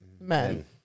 men